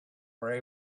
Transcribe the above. were